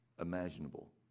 imaginable